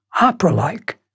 opera-like